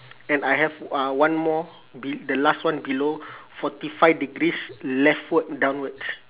and I have uh one more the last one below forty five degrees leftward downwards